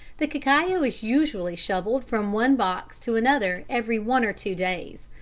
the cacao is usually shovelled from one box to another every one or two days.